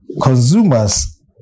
Consumers